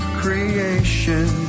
creation